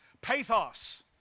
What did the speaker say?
pathos